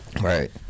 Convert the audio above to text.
right